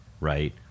Right